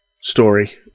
story